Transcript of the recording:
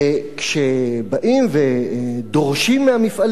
כשבאים ומבקשים מהמפעלים,